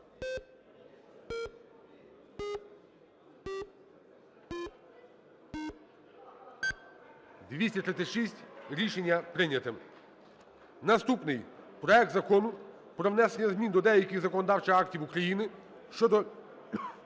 За-236 Рішення прийняте. Наступний. Проект Закону про внесення змін до деяких законодавчих актів України щодо